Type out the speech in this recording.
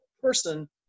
person